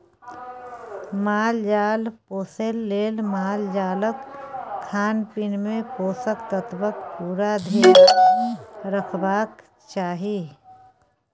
माल जाल पोसय लेल मालजालक खानपीन मे पोषक तत्वक पुरा धेआन रखबाक चाही